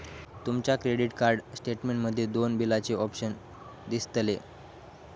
तुमच्या credit card statement मध्ये दोन बिलाचे ऑप्शन दिसतले